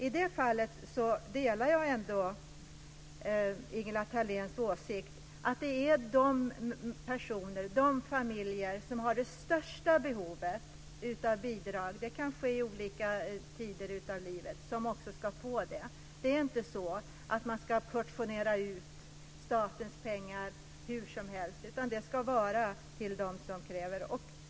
I det här fallet delar jag Ingela Thaléns åsikt att det är de personer och de familjer som har det största behovet av bidrag som ska få bidragen, och det behovet kan finnas i olika skeden av livet. Man ska inte portionera ut statens pengar hur som helst, utan de ska ges till dem som behöver det.